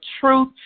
truth